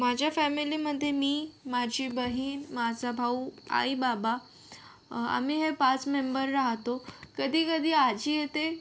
माझ्या फॅमिलीमध्ये मी माझी बहीण माझा भाऊ आईबाबा आम्ही हे पाच मेंबर राहतो कधीकधी आजी येते